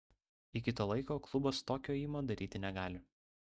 iki to laiko klubas tokio ėjimo daryti negali